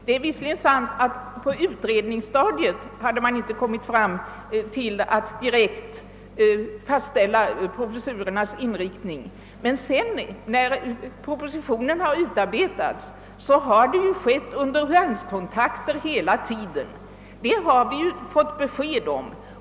Det är visserligen sant att man på utredningsstadiet inte direkt lade fram något förslag om professurernas inriktning. Men när propositionen utarbetades skedde hela tiden underhandskontakter. Det har vi fått besked om.